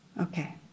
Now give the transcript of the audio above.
Okay